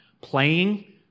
playing